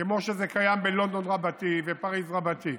כמו שזה קיים בלונדון רבתי ופריז רבתי,